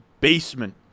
basement